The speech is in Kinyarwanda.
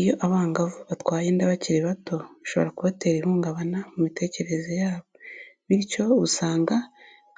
Iyo abangavu batwaye inda bakiri bato bishobora kubatera ihungabana mu mitekerereze yabo, bityo usanga